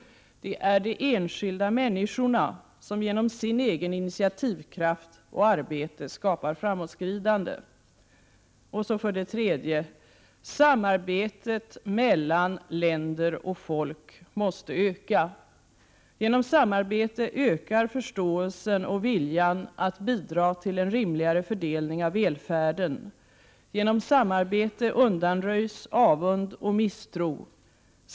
Det är enskilda människor som genom sin egen initiativkraft och sitt eget arbete skapar framåtskridande. För det tredje måste samarbetet mellan länder och folk öka. Genom samarbete ökar förståelsen och viljan att bidra till en rimligare fördelning av välfärden. Genom samarbete undanröjs avund och misstro.